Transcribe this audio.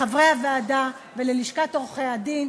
לחברי הוועדה וללשכת עורכי-הדין.